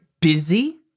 busy